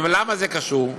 למה זה קשור?